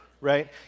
right